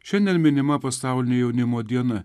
šiandien minima pasaulinė jaunimo diena